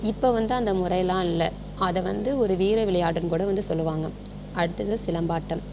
இப்போது வந்து அந்த முறைலாம் இல்லை அதை வந்து ஒரு வீர விளையாட்டுனு கூட வந்து சொல்லுவாங்கள் அடுத்தது வந்து சிலம்பாட்டம்